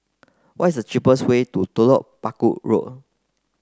what is the cheapest way to Telok Paku Road